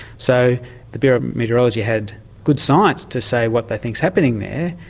so the bureau of meteorology had good science to say what they think is happening there,